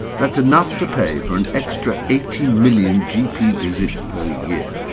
that's enough to pay for an extra eighty million gp visits per year.